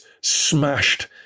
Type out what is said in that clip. smashed